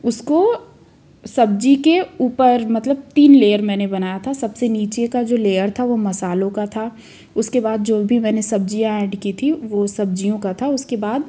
उसको सब्जी के ऊपर मतलब तीन लेयर मैंने बनाया था सबसे नीचे का जो लेयर था वो मसालों का था उसके बाद जो भी मैंने सब्जियां ऐड की थी वो सब्जियों का था उसके बाद